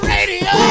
Radio